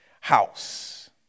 house